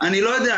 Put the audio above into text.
אני לא יודע,